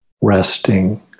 resting